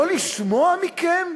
לא לשמוע מכם,